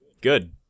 Good